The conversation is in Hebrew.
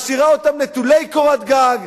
ומשאירה אותם נטולי קורת גג,